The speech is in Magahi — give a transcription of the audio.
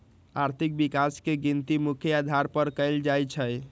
आर्थिक विकास के गिनती मुख्य अधार पर कएल जाइ छइ